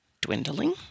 dwindling